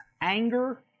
anger